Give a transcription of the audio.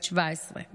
בת 17,